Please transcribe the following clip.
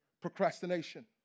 Procrastination